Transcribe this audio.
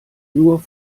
nur